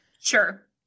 Sure